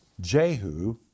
Jehu